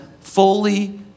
fully